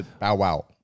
wow